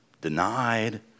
denied